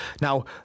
Now